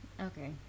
okay